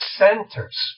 centers